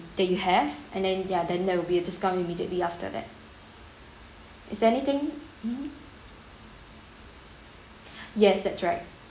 that you have and then there then there will be a discount immediately after that is anything yes that's right